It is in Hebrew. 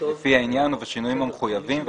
- לפי העניין ובשינויים המחויבים,